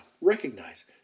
recognize